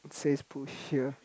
says push here